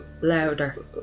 Louder